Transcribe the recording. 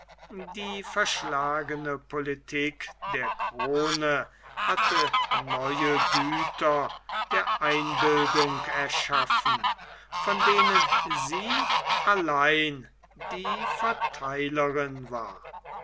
die verschlagene politik der krone hatte neue güter der einbildung erschaffen von denen sie allein die vertheilerin war